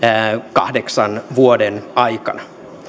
kahdeksan vuoden aikana